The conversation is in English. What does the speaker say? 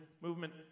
movement